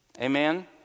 Amen